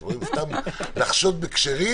אתם רואים, סתם לחשוד בכשרים.